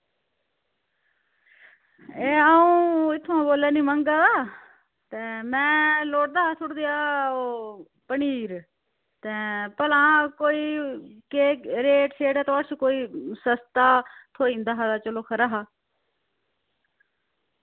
ए आऊं इत्थोआं बोल्ला नी मंगा दा तैं मैं लोड़दा हा थुह्ड़ा देआ ओ पनीर तैं भला कोई केह् रेट शेट ऐ थोह्ड़ा कोई सस्ता थ्होई जंदा हा ते चलो खरा हा